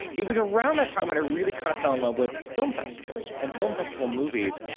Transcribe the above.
it was around that time when i really kind of fell in love with film festivals and film festival movies.